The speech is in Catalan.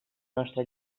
nostra